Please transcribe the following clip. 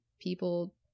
people